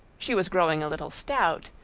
she was growing a little stout,